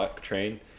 train